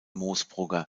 moosbrugger